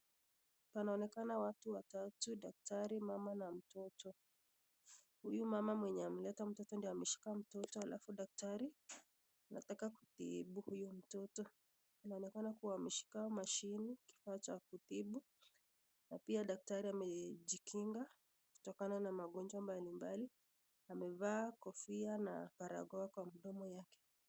Panaonekana watu watatu, daktari mama na mtoto. Huyu mama mwenye ameleta mtoto amemshika mtoto na daktari anataka kumtibu huyu mtoto. Anaonekana kuwa ameshika mashini, kifaa cha kutibu. Pia daktari anaonekana kujikinga kutokana na magonjwa mbali mbali, amevaa kofia na barakoa kwa mdomo wake.